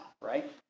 right